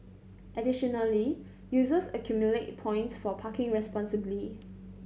additionally users accumulate points for parking responsibly